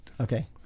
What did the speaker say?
Okay